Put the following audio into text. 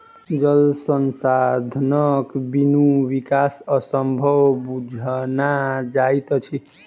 जल संसाधनक बिनु विकास असंभव बुझना जाइत अछि